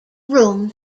room